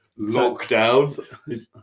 lockdowns